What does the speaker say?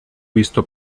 visto